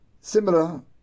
Similar